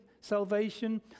salvation